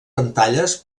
pantalles